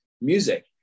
music